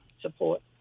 support